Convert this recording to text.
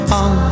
on